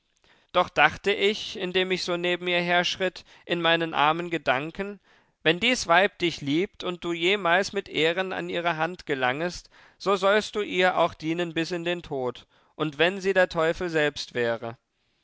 doch dachte ich indem ich so neben ihr herschritt in meinen armen gedanken wenn dies weib dich liebt und du jemals mit ehren an ihre hand gelangest so sollst du ihr auch dienen bis in den tod und wenn sie der teufel selbst wäre